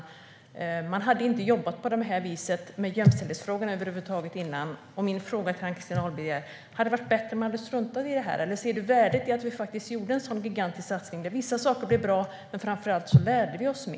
Man hade över huvud taget inte jobbat på det viset med jämställdhetsfrågorna innan. Min fråga till Ann-Christin Ahlberg är: Hade det varit bättre om man struntat i detta? Eller ser du värdet i att vi gjorde en sådan gigantisk satsning, där vissa saker blev bra men vi framför allt lärde oss mer?